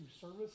service